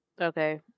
Okay